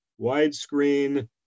widescreen